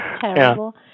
terrible